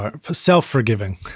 Self-forgiving